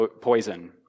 poison